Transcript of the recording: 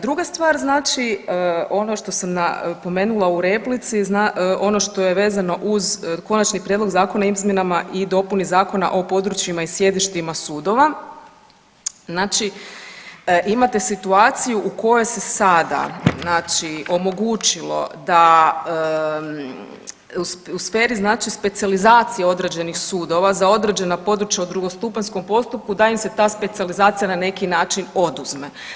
Druga stvar znači ono što sam napomenula u replici, ono što je vezano uz Konačni prijedlog zakona o izmjenama i dopuni Zakona o područjima i sjedištima sudova, znači imate situaciju u kojoj se sada znači omogućilo da u sferi, znači specijalizacije određenih sudova za određena područja u drugostupanjskom postupku da im se ta specijalizacija na neki način oduzme.